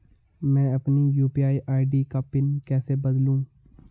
मैं अपनी UPI ID का पिन कैसे बदलूं?